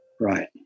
Right